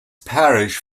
parish